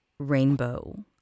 Rainbow